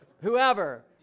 Whoever